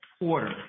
order